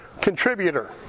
contributor